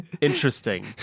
interesting